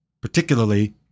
Particularly